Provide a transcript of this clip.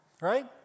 right